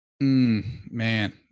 Man